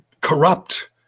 corrupt